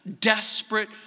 desperate